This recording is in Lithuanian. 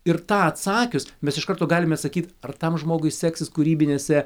ir tą atsakius mes iš karto galime sakyt ar tam žmogui seksis kūrybinėse